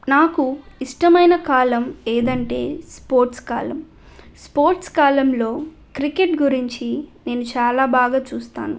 నాకు ఇష్టమైన కాలం ఏంటంటే స్పోర్ట్స్ కాలం స్పోర్ట్స్ కాలంలో క్రికెట్ గురించి నేను చాలా బాగా చూస్తాను